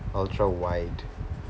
ultra white